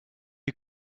you